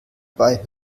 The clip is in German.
bei